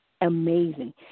amazing